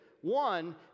one